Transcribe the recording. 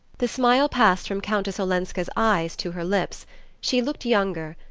the smile passed from countess olenska's eyes to her lips she looked younger,